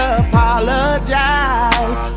apologize